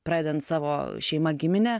pradedant savo šeima gimine